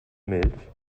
milch